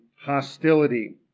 hostility